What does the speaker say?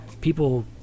people